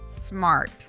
smart